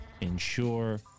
ensure